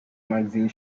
magazine